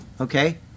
okay